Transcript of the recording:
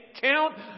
count